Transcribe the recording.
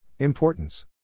Importance